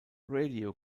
radio